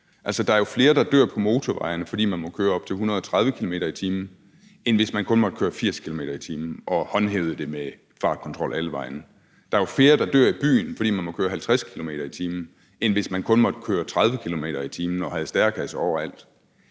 der er jo flere, der dør på motorvejene, fordi folk må køre op til 130 km/t., end hvis folk kun måtte køre 80 km/t. og man håndhævede det med fartkontrol alle vegne. Der er jo flere, der dør i byen, fordi man må køre 50 km/t., end hvis man kun måtte køre 30 km/t. og der var stærekasser overalt.